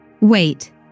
Wait